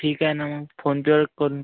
ठीक आहे ना मग फोनपेवर करून